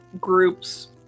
groups